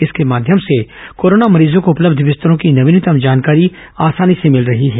इसके माध्यम से कोरोना मरीजों को उपलब्ध बिस्तरों की नवीनतम जानकारी आसानी से मिल रही है